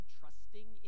trusting